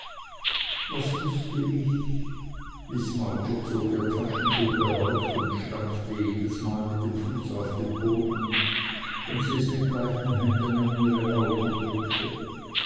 was wußte ich miß mowcher zog ihr taschentuch heraus und stampfte jedesmal mit dem fuß auf den boden wenn sie es mit beiden händen an ihre augen drückte